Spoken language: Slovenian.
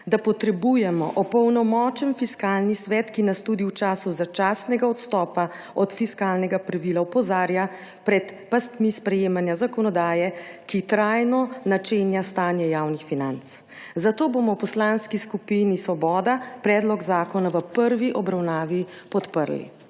da potrebujemo opolnomočen Fiskalni svet, ki nas tudi v času začasnega odstopa od fiskalnega pravila opozarja pred pastmi sprejemanja zakonodaje, ki trajno načenja stanje javnih financ. Zato bomo v Poslanski skupini Svoboda predlog zakona v prvi obravnavi podprli.